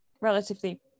relatively